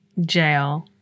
Jail